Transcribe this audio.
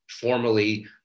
formally